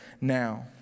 now